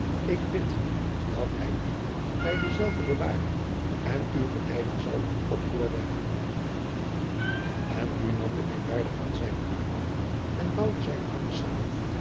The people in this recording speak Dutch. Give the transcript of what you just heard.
lijnslager bid dat hij u bij dezelve beware en u geleiden zal op uwen weg en nu nam de eerwaardige man zijnen hoed af en vouwde zijne handen zamen